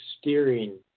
steering